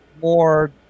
more